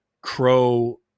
crow